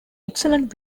excellent